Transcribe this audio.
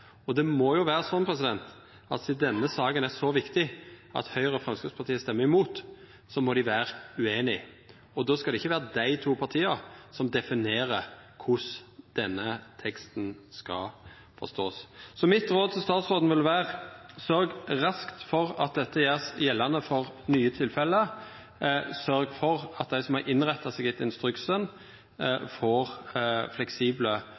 på. Det må jo vera sånn at sidan denne saka er så viktig at Høgre og Framstegspartiet stemmer imot, må dei vera ueinige, og då skal det ikkje vera dei to partia som definerer korleis denne teksten skal forståast. Så mitt råd til statsråden vil vera: Sørg raskt for at dette gjerast gjeldande for nye tilfelle. Sørg for at dei som har innretta seg etter instruksen, får fleksible